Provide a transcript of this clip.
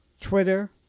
Twitter